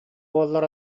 буоллар